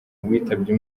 witabye